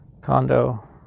condo